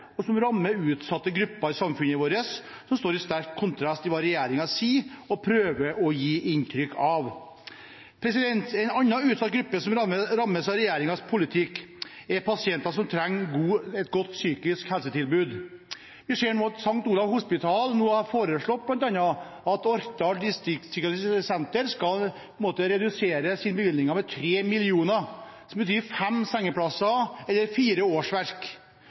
og som rammer utsatte grupper i samfunnet vårt – noe som står i sterk kontrast til det regjeringen sier og prøver å gi inntrykk av. En annen utsatt gruppe som rammes av regjeringens politikk, er pasienter som trenger et godt psykisk helsetilbud. Vi ser nå at St. Olavs hospital bl.a. har foreslått at Orkdal distriktspsykiatriske senter skal få redusert sine bevilgninger med 3 mill. kr, noe som betyr fem sengeplasser eller fire årsverk.